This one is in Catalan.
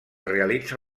realitza